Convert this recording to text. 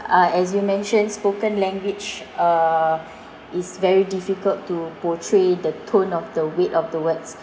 uh as you mentioned spoken language uh is very difficult to portray the tone of the weight of the words